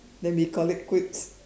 then we call it quits